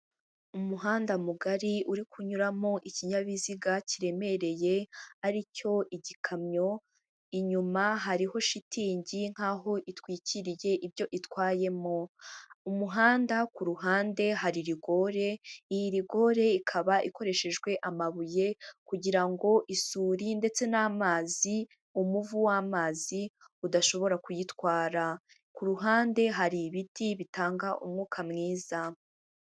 Umuhanda mugari uri kunyuramo ikinyabiziga kiremereye ari cyo igikamyo, inyuma hariho shitingi nk'aho itwikiriye ibyo itwayemo; umuhanda ku ruhande hari rigore, iyi rigore ikaba ikoreshejwe amabuye kugira ngo isuri ndetse n'amazi, umuvu w'amazi, udashobora kuyitwara; ku ruhande hari ibiti bitanga umwuka mwiza.